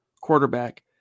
quarterback